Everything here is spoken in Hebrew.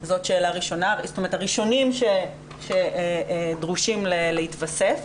זאת אומרת הראשונים שדרושים להתווסף.